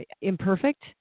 imperfect